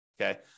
okay